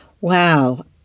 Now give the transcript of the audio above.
Wow